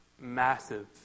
massive